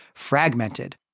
fragmented